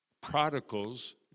Prodigal's